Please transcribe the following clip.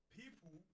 people